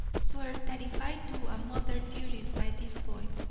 swear that if i do a mother's duty by this boy,